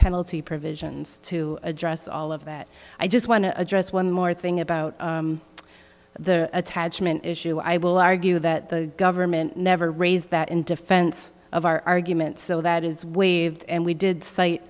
penalty provisions to address all of that i just want to address one more thing about the attachment issue i will argue that the government never raised that in defense of our argument so that is waived and we did cite